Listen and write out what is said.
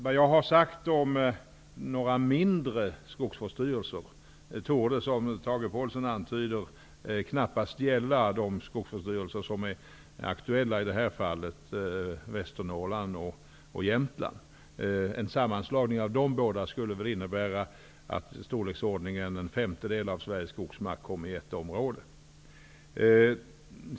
Vad jag har sagt om några mindre skogsvårdsstyrelser torde, som Tage Påhlsson antydde, knappast gälla de skogsvårdsstyrelser som är aktuella i detta fall, dvs. i Västernorrland och i Jämtland. En sammanslagning av dessa båda skulle väl innebära en sådan storleksordning att en femtedel av Sveriges skogsmark skulle hamna i ett område.